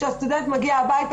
כשהסטודנט מגיע הביתה,